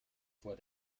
vor